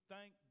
thank